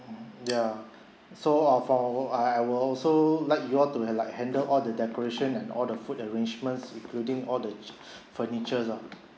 ya so of our uh I will also like you all to have like handle all the decoration and all the food arrangements including all the furniture lor